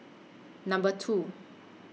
Number two